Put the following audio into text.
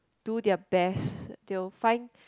do their best they will find